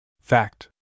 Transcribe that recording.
Fact